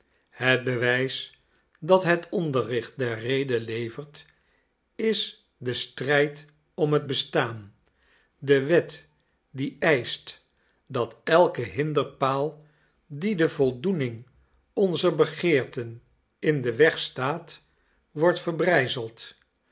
het bewijs dat het onderricht der rede levert is de strijd om het bestaan de wet die eischt dat elke hinderpaal die de voldoening onzer begeerten in den weg staat wordt verbrijzeld